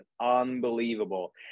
unbelievable